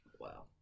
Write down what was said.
Wow